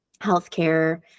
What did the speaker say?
healthcare